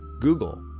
Google